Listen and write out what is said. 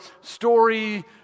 story